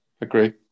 agree